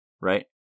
right